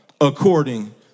according